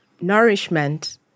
nourishment